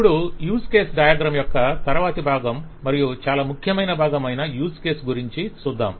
ఇప్పుడు use case diagram యొక్క తరువాతి భాగం మరియు చాలా ముఖ్యమైన భాగం అయిన యూజ్ కేస్ గురించి చూద్దాం